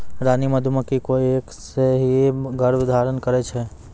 रानी मधुमक्खी कोय एक सें ही गर्भाधान करै छै